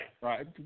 right